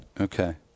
Okay